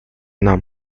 нам